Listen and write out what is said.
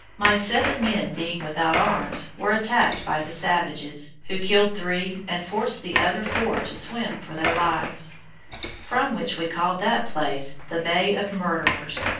my seven men being without arms, were attacked by the savages, who killed three and forced the other four to swim for their lives from which we called that place the bay of murderers.